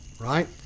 right